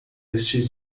este